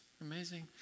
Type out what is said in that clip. Amazing